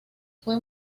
fue